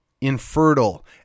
infertile